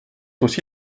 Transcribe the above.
aussi